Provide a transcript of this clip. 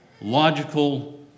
logical